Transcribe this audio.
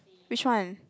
which one